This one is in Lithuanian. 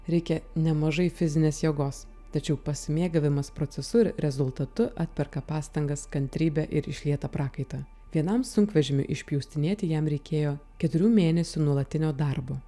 reikia nemažai fizinės jėgos tačiau pasimėgavimas procesu ir rezultatu atperka pastangas kantrybę ir išlietą prakaitą vienam sunkvežimiui išpjaustinėti jam reikėjo keturių mėnesių nuolatinio darbo